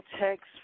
text